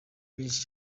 nyinshi